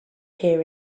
hear